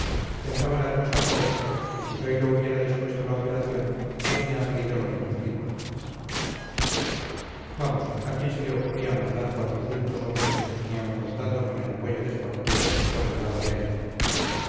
pensaba la hermosa joven que si zoilo hubiera dispuesto la operación habrían salido lo menos mil vamos a quién se le ocurría mandar cuatrocientos hombres ni aun contando con el apoyo de espartero por el lado de allá